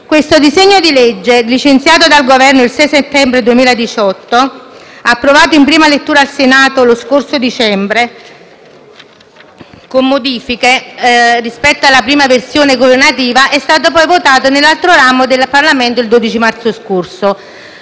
Il disegno di legge in esame, licenziato dal Governo il 6 settembre 2018 e approvato in prima lettura dal Senato lo scorso 5 dicembre, con modifiche rispetto alla prima versione governativa, è stato poi votato nell'altro ramo del Parlamento il 12 marzo scorso.